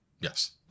Yes